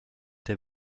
der